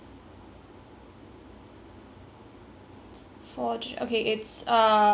forged okay it's uh zero one two five